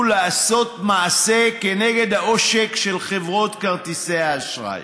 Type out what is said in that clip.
לעשות מעשה נגד העושק של חברות כרטיסי האשראי.